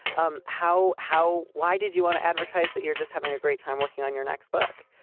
um how how why did you want to advertise that you're just having a great time working on your next book.